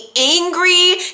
angry